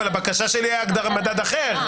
אבל הבקשה שלי הייתה הגדרת "מדד אחר",